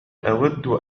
أود